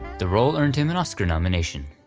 the role earned him an oscar nomination.